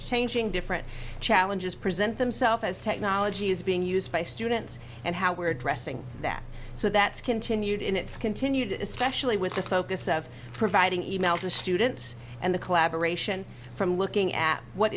changing different challenges present themselves as technology is being used by students and how we're addressing that so that's continued in it's continued especially with the focus of providing email to students and the collaboration from looking at what